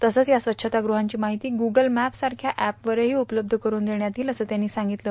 तसंच या स्वच्छतागृहांची माहिती गुगल मॅपसारख्या अॅपवरही उप्तब्ब करुन देष्यात येईल असं त्यांनी सांगितलं